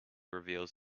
reveals